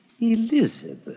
Elizabeth